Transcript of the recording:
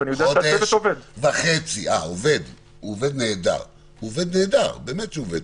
הוא עובד נהדר, באמת.